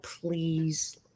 please